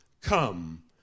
come